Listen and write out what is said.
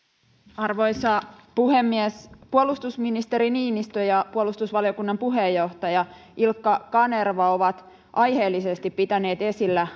arvoisa puhemies puolustusministeri niinistö ja puolustusvaliokunnan puheenjohtaja ilkka kanerva ovat aiheellisesti pitäneet esillä